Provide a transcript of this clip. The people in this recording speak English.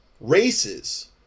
races